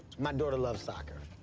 my daughter loves soccer.